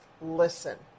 listen